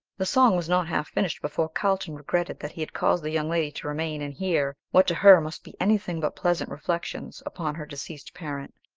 the song was not half finished before carlton regretted that he had caused the young lady to remain and hear what to her must be anything but pleasant reflections upon her deceased parent.